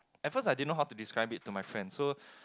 at first I didn't know how to describe it to my friend so